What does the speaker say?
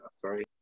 Sorry